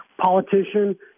politician